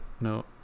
No